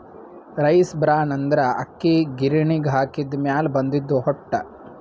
rice bran ಅಂದ್ರ ಅಕ್ಕಿ ಗಿರಿಣಿಗ್ ಹಾಕಿದ್ದ್ ಮ್ಯಾಲ್ ಬಂದಿದ್ದ್ ಹೊಟ್ಟ